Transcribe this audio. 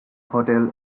hotel